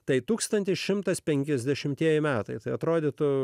tai tūkstantis šimtas penkiasdešimtieji metai tai atrodytų